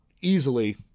easily